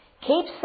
Keep